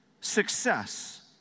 Success